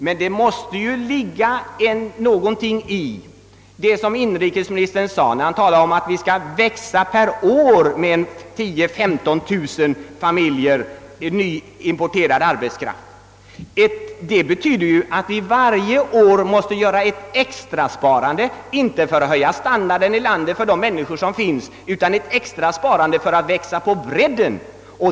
Men det måste väl ligga någon kostnad i det, som inrikesministern sade när han talade om att vi skall växa med 10 000—15 000 familjer nyimporterad arbetskraft per år. Det betyder att vi varje år måste göra ett extra sparande, inte för att höja standarden i landet för de människor som finns utan ett extra sparande för att växa på bredden.